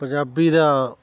Punjabi ਦਾ